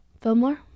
Fillmore